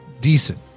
decent